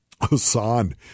Hassan